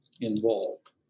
involved